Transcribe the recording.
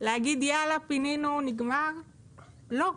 להגיד שפינינו ונגמר, לא.